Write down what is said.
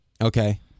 Okay